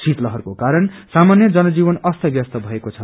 शीतलहरको कारण सामान्य जन जीवन अस्त ब्यस्थ भएको छ